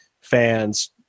fans